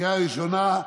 לקריאה ראשונה.